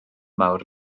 mawr